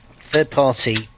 third-party